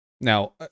Now